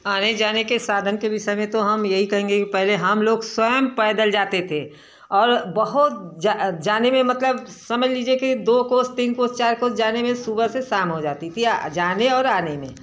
आने जाने के साधन के विषय में तो हम यही कहेंगे कि पहले हम लोग स्वयं पैदल जाते थे और बहुत जाने में मतलब समझ लीजिए कि दो कोस तीन कोस चार कोस जाने में सुबह से शाम हो जाती थी जाने और आने में